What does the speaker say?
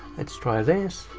let's try this.